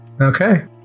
Okay